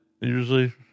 Usually